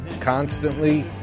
constantly